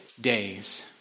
days